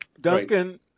Duncan